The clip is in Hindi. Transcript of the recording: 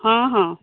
हाँ हाँ